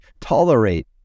tolerate